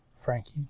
Frankie